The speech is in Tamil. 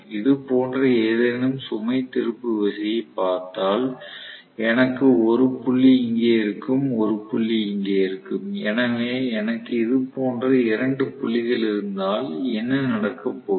இதுபோன்ற ஏதேனும் சுமை திருப்பு விசையைப் பார்த்தால் எனக்கு 1 புள்ளி இங்கே இருக்கும் 1 புள்ளி இங்கே இருக்கும் எனவே எனக்கு இது போன்ற 2 புள்ளிகள் இருந்தால் என்ன நடக்கப் போகிறது